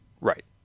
Right